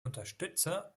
unterstützer